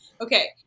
okay